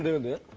seven. it